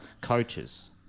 coaches